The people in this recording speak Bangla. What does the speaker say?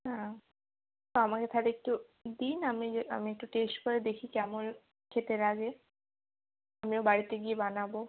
হ্যাঁ তো আমাকে তাহলে একটু দিন আমি যে আমি একটু টেস্ট করে দেখি কেমন খেতে লাগে আমিও বাড়িতে গিয়ে বানাব